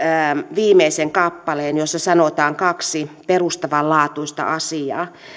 viimeisen kappaleen jossa sanotaan kaksi perustavanlaatuista asiaa